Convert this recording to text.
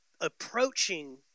approaching